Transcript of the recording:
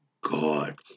God